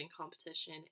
competition